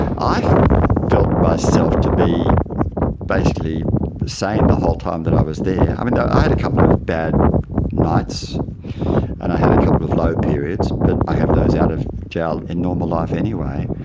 i felt myself to be the same the whole time that i was there. um and i had a couple of bad nights and i had a couple of low periods, but i have those out of jail in normal life anyway.